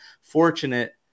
Fortunate